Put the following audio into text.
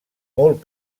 molt